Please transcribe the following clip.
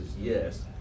yes